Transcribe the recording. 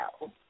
no